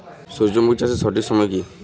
সূর্যমুখী চাষের সঠিক সময় কি?